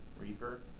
Reaper